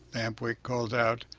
lamp-wick called out.